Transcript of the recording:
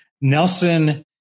Nelson